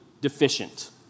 deficient